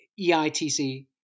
EITC